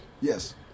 Yes